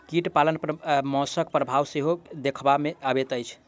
कीट पालन पर मौसमक प्रभाव सेहो देखबा मे अबैत अछि